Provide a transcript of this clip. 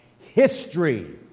history